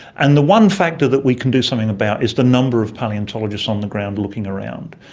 and the one factor that we can do something about is the number of palaeontologists on the ground looking around.